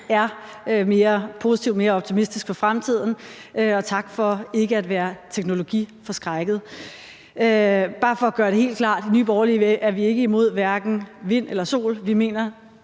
er mere positiv og mere optimistisk for fremtiden, og tak for ikke at være teknologiforskrækket. Det er bare for at gøre det helt klart: I Nye Borgerlige er vi ikke imod energi fra hverken vind eller sol. Vi mener